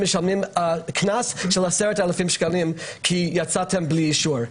ישלמו קנס של 10,000 ₪ כי הם יצאו בלי אישור.